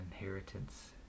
inheritance